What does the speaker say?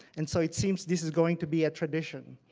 and so it seems this is going to be tradition.